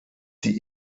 die